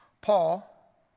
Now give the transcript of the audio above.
Paul